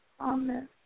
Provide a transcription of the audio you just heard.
Amen